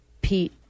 pete